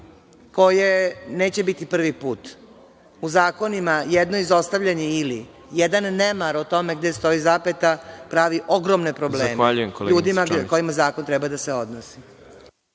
koje neće biti prvi put u zakonima jedno izostavljeni, ili jedan nemar o tome gde stoji zapeta, pravi ogromne probleme ljudima na koje zakon treba da se odnosi.